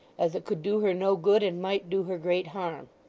as it could do her no good and might do her great harm.